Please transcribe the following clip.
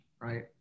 right